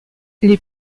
les